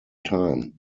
time